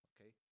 okay